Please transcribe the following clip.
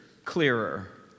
clearer